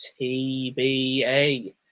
TBA